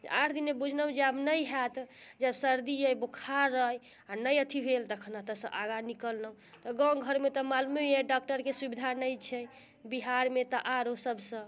आठ दिनमे बूझलहुँ जे आब नहि होयत जब सर्दी अइ बुखार अइ आ नहि अथी भेल तखन एतऽसँ आगाँ निकललहुँ गाँव घरमे तऽ मालूमे अइ डॉक्टरके सुविधा नहि छै बिहारमे तऽ आरो सबसे